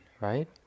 right